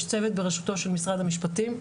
יש צוות בראשותו של משרד המשפטים,